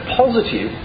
positive